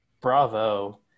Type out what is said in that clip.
bravo